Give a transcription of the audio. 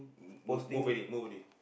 m~ move already move already